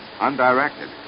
undirected